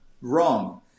wrong